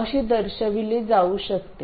अशी दर्शविली जाऊ शकते